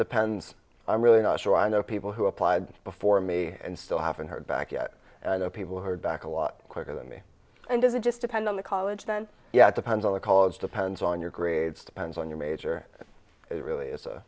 depends i'm really not sure i know people who applied before me and still haven't heard back yet people heard back a lot quicker me and does it just depend on the college then yeah it depends on the college depends on your grades depends on your major it really is